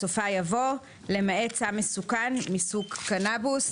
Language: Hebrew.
בסופה יבוא "למעט סם מסוכן מסוג קנבוס".